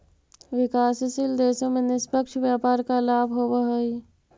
विकासशील देशों में निष्पक्ष व्यापार का लाभ होवअ हई